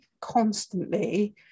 constantly